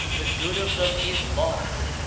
the good of them is lost,